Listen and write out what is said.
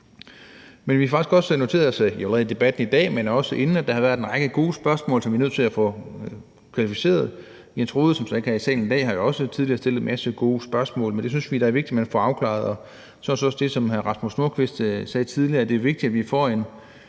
Men vi har faktisk også noteret os – af debatten i dag, men også inden – at der har været en række gode spørgsmål, som vi er nødt til at få kvalificeret. Hr. Jens Rohde, som så ikke er i salen i dag, har jo også tidligere stillet en masse gode spørgsmål. Det synes vi er vigtigt at man får afklaret. Og jeg synes også, at det, ligesom hr. Rasmus Nordqvist sagde tidligere, er vigtigt, at vi får en